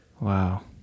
Wow